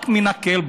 רק מתנכל לו,